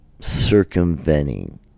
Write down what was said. circumventing